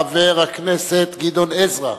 חבר הכנסת גדעון עזרא,